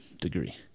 degree